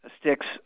sticks